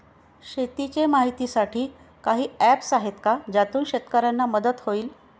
शेतीचे माहितीसाठी काही ऍप्स आहेत का ज्यातून शेतकऱ्यांना मदत होईल?